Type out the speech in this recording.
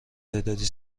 تعدادی